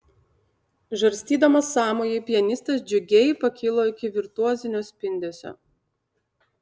žarstydamas sąmojį pianistas džiugiai pakilo iki virtuozinio spindesio